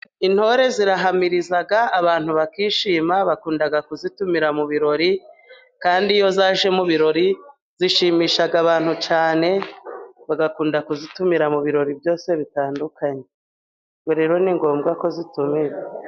Intore zirahamiriza abantu bakishima bakunda kuzitumira mu birori kandi iyo zaje mu birori zishimisha abantu cyane. Bagakunda kuzitumira mu birori byose bitandukanye rero ni ngombwa ko zitumirwa.